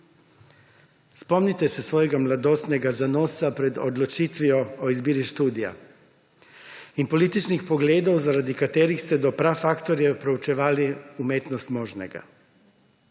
Spomnite se svojega mladostnega zanosa pred odločitvijo o izbiri študija in političnih pogledov, zaradi katerih ste do prafaktorjev proučevali umetnost možnega.